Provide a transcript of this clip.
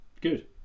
Good